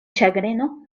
ĉagreno